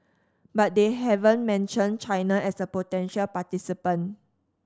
but they haven't mentioned China as a potential participant